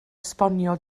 esbonio